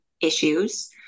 issues